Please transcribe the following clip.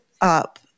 up